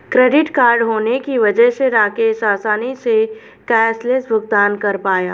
credit card होने की वजह से राकेश आसानी से कैशलैस भुगतान कर पाया